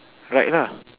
right lah